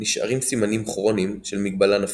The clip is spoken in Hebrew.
נשארים סימנים כרוניים של מגבלה נפשית,